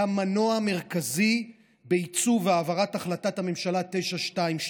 היה מנוע מרכזי בעיצוב העברת החלטת הממשלה 922,